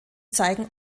zeigen